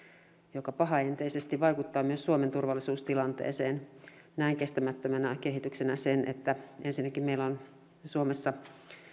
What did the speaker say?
joka pahaenteisesti vaikuttaa myös suomen turvallisuustilanteeseen näen kestämättömänä kehityksenä ensinnäkin sen että meillä on suomessa